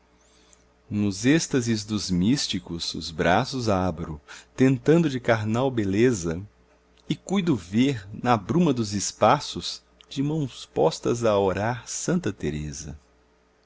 nos êxtases dos místicos os braços abro tentado de carnal beleza e cuido ver na bruma dos espaços de mãos postas a orar santa teresa